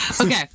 okay